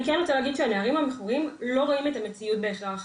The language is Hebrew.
אני כן רוצה להגיד שהנערים שמכורים לא רואים את המציאות בהכרח.